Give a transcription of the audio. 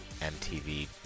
MTV